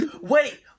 Wait